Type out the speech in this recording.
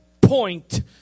point